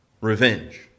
revenge